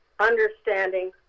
understanding